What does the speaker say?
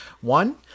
One